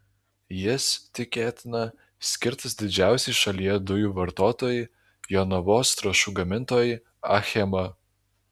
jis tikėtina skirtas didžiausiai šalyje dujų vartotojai jonavos trąšų gamintojai achema